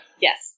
Yes